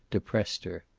depressed her.